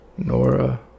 Nora